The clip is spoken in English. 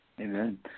Amen